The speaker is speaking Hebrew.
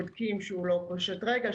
בודקים שהוא לא פושט רגל,